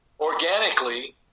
organically